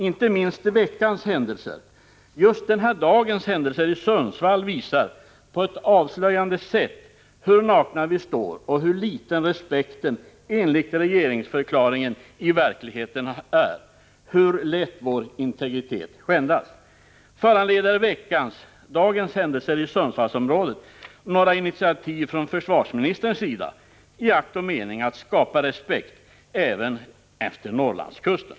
Inte minst veckans och till med just den här dagens händelser i Sundsvall visar på ett avslöjande sätt hur nakna vi står och hur liten respekten, som det talas om i regeringsförklaringen, i verkligheten är, hur lätt vår integritet skändas. Föranleder veckans, ja, dagens, händelser i Sundsvallsområdet några initiativ från försvarsministerns sida i akt och mening att skapa respekt även efter Norrlandskusten?